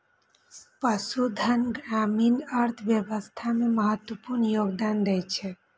पशुधन ग्रामीण अर्थव्यवस्था मे महत्वपूर्ण योगदान दै छै